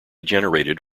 generated